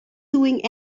doing